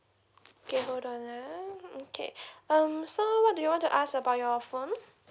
okay hold on uh mm okay um so what do you want to ask about your phone